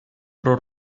про